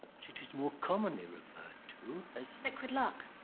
it is more commonly referred to as liquid luck.